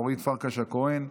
אורית פרקש הכהן,